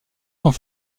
sont